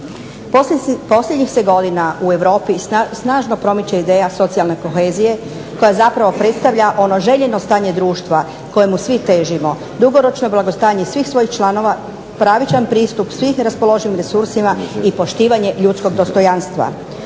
Posljednjih se godina u Europi snažno promiče ideja socijalne kohezije koja zapravo predstavlja ono željeno stanje društva kojemu svi težimo, dugoročno blagostanje svih svojih članova, pravičan pristup svih raspoloživim resursima i poštivanje ljudskog dostojanstva